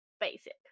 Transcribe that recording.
basic